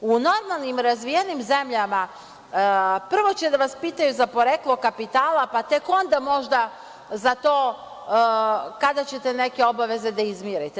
U normalnim, razvijenim zemljama prvo će da vas pitaju za poreklo kapitala, pa tek onda možda za to kaka ćete neke obaveze da izmirite.